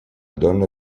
donna